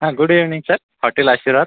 हा good evening sir hotel आशीर्वाद